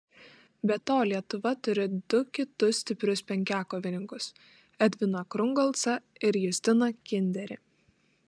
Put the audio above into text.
be to lietuva turi du kitus stiprius penkiakovininkus edviną krungolcą ir justiną kinderį